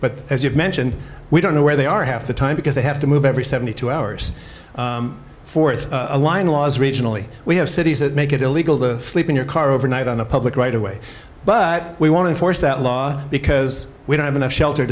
but as you've mentioned we don't know where they are half the time because they have to move every seventy two hours for it a line was originally we have cities that make it illegal to sleep in your car overnight on a public right away but we want to force that law because we don't have enough shelter